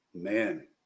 man